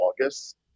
August